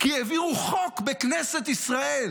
כי העבירו חוק בכנסת ישראל